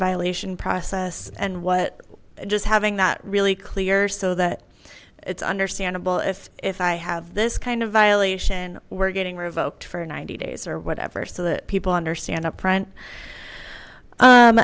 violation process and what just having that really clear so that it's understandable if if i have this kind of violation we're getting revoked for ninety days or whatever so that people understand upfront